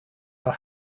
are